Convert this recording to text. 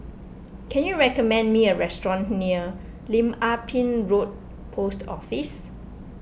can you recommend me a restaurant near Lim Ah Pin Road Post Office